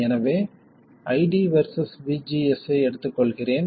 எனவே ID versus VGS ஐ எடுத்துக்கொள்கிறேன்